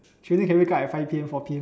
she only can wake up at five P_M four P_M